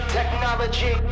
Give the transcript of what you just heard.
Technology